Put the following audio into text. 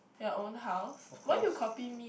your own house why you copy me